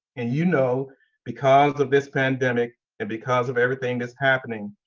and you know because of this pandemic and because of everything that's happening,